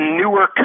newer